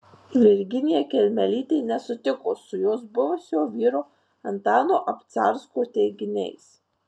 virginija kelmelytė nesutiko su jos buvusio vyro antano obcarsko teiginiais